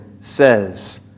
says